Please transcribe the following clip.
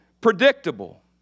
predictable